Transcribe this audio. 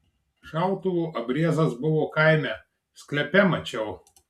šautuvo abriezas buvo kaime sklepe mačiau